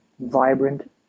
vibrant